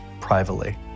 privately